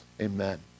amen